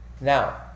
Now